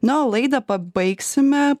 na o laidą pabaigsime